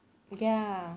ya